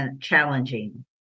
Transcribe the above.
challenging